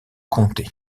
comté